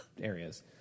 areas